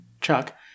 Chuck